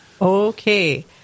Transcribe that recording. Okay